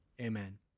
amen